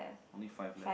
only five left